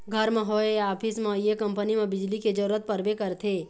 घर म होए या ऑफिस म ये कंपनी म बिजली के जरूरत परबे करथे